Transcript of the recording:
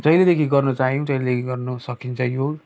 जहिलेदेखि गर्न चाह्यौँ तहिलेदेखि गर्नसकिन्छ योग